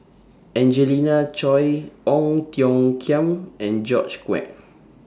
Angelina Choy Ong Tiong Khiam and George Quek